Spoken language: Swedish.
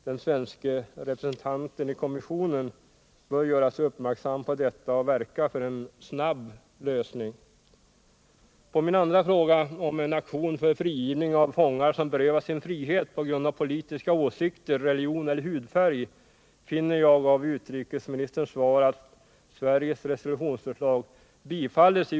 Den svenske representanten i kommissionen bör göras uppmärksam på detta och verka för en snabb lösning.